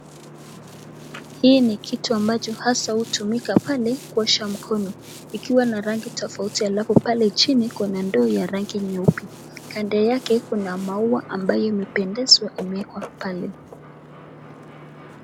Hii ni kitu ambacho hasa hutumika pale kuosha mkono ikiwa na rangi tofauti alafu pale chini kuna ndoo ya rangi nyeupe. Kando yake kuna maua ambayo imependezwa imeekwa pale.